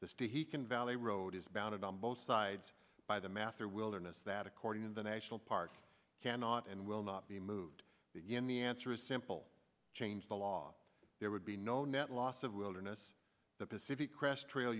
the state he can valley road is bounded on both sides by the math or wilderness that according to the national parks cannot and will not be moved in the answer is simple change the law there would be no net loss of wilderness the pacific crest trail